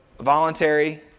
voluntary